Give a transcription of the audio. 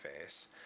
face